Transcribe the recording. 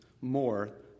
more